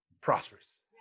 prosperous